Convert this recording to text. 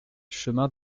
chemin